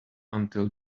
until